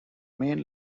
main